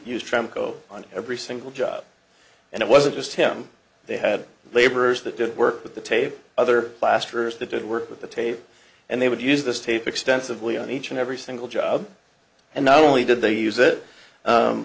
from go on every single job and it wasn't just him they had laborers that did work with the tape other plasterers that did work with the tape and they would use this tape extensively on each and every single job and not only did they use it